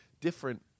different